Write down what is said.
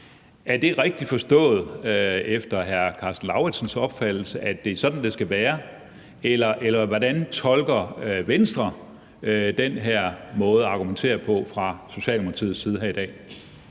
man en rigsretssag. Er det efter hr. Karsten Lauritzens opfattelse rigtigt forstået, at det er sådan, det skal være, eller hvordan tolker Venstre den her måde at argumentere på fra Socialdemokratiets side her i dag?